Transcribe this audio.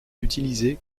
utilisé